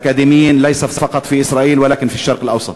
באקדמאים, לא רק בישראל אלא גם במזרח התיכון.